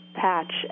patch